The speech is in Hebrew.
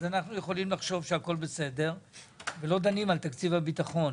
אז אנחנו יכולים לחשוב שהכול בסדר ולא דנים על תקציב הביטחון,